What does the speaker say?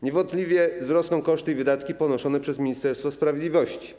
Niewątpliwie wzrosną koszty i wydatki ponoszone przez Ministerstwo Sprawiedliwości.